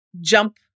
jump